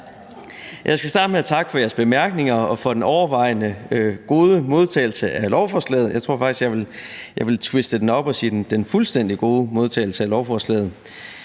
Jeg skal starte med at takke for jeres bemærkninger og for den overvejende gode modtagelse af lovforslaget. Jeg tror faktisk, at jeg vil twiste det op og sige den fuldstændig gode modtagelse af lovforslaget.